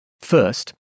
First